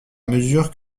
mesure